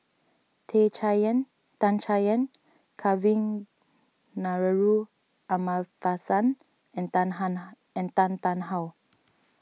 Tan Chay Yan Dan Chay Yan Kavignareru Amallathasan and Tan and Tan Tarn How